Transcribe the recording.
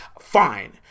fine